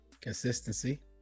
Consistency